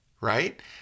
right